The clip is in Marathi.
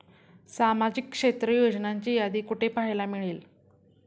सामाजिक क्षेत्र योजनांची यादी कुठे पाहायला मिळेल?